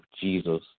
Jesus